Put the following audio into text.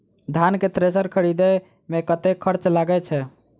धान केँ थ्रेसर खरीदे मे कतेक खर्च लगय छैय?